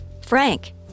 Frank